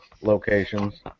locations